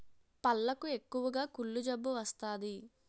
పళ్లకు ఎక్కువగా కుళ్ళు జబ్బు వస్తాది